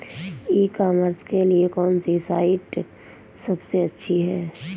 ई commerce के लिए कौनसी साइट सबसे अच्छी है?